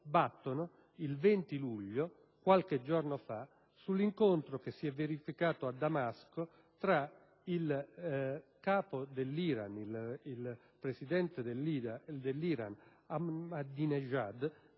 battono il 20 luglio, ovvero qualche giorno fa, sull'incontro che si è verificato a Damasco tra il Presidente dell'Iran Ahmadinejad